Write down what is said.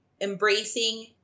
embracing